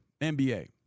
NBA